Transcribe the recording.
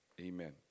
Amen